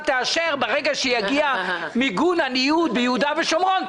תאשר כאשר יגיע מיגון הניוד ביהודה ושומרון,